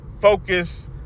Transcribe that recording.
focus